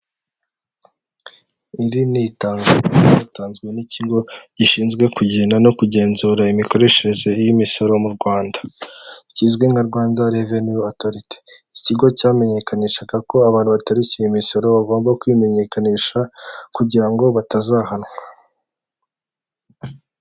Iri ni itangakuru ryatanzwe n'ikigo gishinzwe kugena no kugenzura imikoreshereze y'imisoro mu Rwanda kizwi nka Rwanda revenu otoriti, ikigo cyamenyekanishaga ko abantu batarishyura imisoro bagomba kwimenyekanisha kugira ngo batazahanwa.